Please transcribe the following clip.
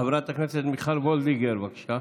חברת הכנסת מיכל וולדיגר, בבקשה.